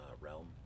realm